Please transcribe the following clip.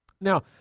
Now